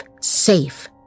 safe